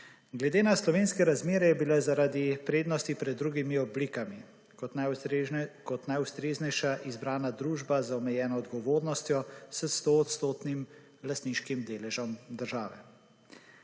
Glede na slovenske razmere je bila zaradi prednosti pred drugimi oblikami kot najustreznejša izbrana družba z omejeno odgovornostjo s 100-odstotnim lastniškim deležem države.